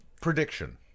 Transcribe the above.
Prediction